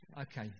Okay